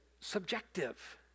Subjective